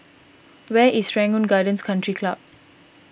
where is Serangoon Gardens Country Club